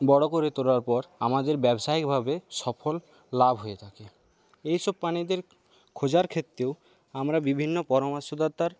বড়ো করে তোলার পর আমাদের ব্যবসায়িকভাবে সফল লাভ হয়ে থাকে এইসব প্রাণীদের খোঁজার ক্ষেত্রেও আমরা বিভিন্ন পরামর্শদাতার